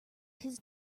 his